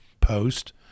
post